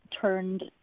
turned